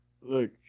Look